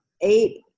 eight